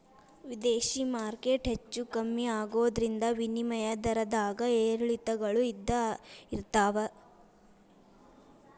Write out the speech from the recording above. ವಿದೇಶಿ ಮಾರ್ಕೆಟ್ ಹೆಚ್ಚೂ ಕಮ್ಮಿ ಆಗೋದ್ರಿಂದ ವಿನಿಮಯ ದರದ್ದಾಗ ಏರಿಳಿತಗಳು ಇದ್ದ ಇರ್ತಾವ